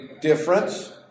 difference